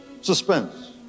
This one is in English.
suspense